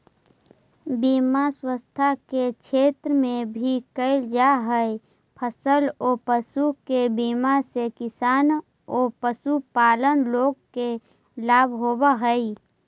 बीमा स्वास्थ्य के क्षेत्र में भी कैल जा हई, फसल औ पशु के बीमा से किसान औ पशुपालक लोग के लाभ होवऽ हई